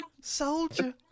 soldier